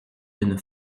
d’une